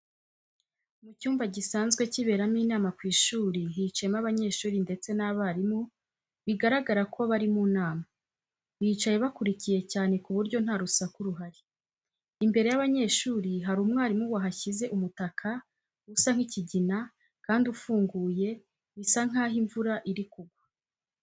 Mu cyumba gisanzwe kiberamo inama ku ishuri hicayemo abanyeshuri ndetse n'abarimu, bigaragara ko bari mu nama. Bicaye bakurikiye cyane ku buryo nta rusaku ruhari. Imbere y'abanyeshuri hari umwarimu wahashyize umutaka usa nk'ikigina kandi ufunguye bisa nkaho imvura iri kugwa.